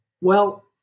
well-